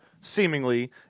seemingly